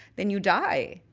then you die